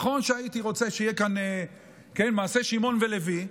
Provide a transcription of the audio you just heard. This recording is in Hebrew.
נכון שהייתי רוצה שיהיה כאן כמעשה שמעון ולוי,